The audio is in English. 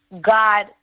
God